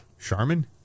Charmin